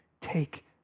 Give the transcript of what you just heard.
take